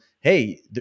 hey